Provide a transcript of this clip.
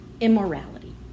immorality